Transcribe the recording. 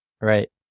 Right